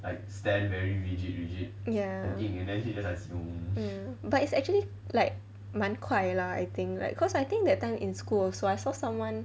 but it's actually like 蛮 quiet lah I think like cause I think that time in school also I saw someone